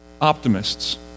optimists